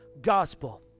gospel